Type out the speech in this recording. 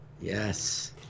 Yes